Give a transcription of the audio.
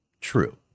True